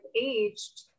aged